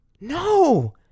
No